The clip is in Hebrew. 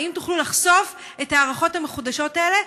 האם תוכלו לחשוף את ההערכות המחודשות האלה?